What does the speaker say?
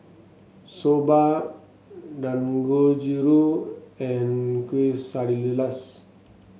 Soba Dangojiru and Quesadillas